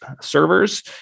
servers